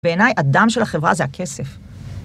‫בעיניי, הדם של החברה זה הכסף.